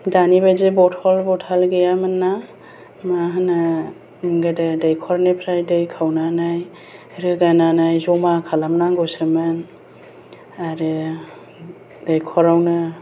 दानिबादि बथल बथाल गैयामोन ना मा होनो गोदो दैख'रनिफ्राय दै खावनानै रोगानानै जमा खालामनांगौसोमोन आरो दैख'रावनो